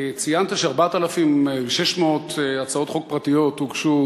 ציינת ש-4,600 הצעות חוק פרטיות הוגשו